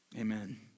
Amen